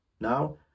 Now